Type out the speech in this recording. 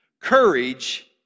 Courage